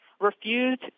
refused